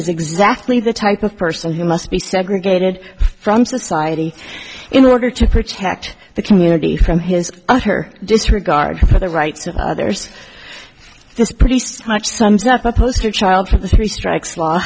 is exactly the type of person who must be segregated from society in order to protect the community from his utter disregard for the rights of others this pretty much sums up a poster child for three str